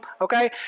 okay